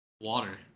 Water